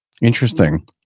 interesting